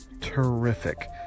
terrific